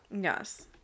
Yes